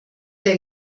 der